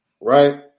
Right